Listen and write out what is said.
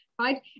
right